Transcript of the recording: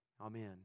Amen